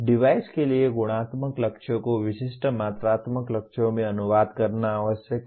device के लिए गुणात्मक लक्ष्यों को विशिष्ट मात्रात्मक लक्ष्यों में अनुवाद करना आवश्यक है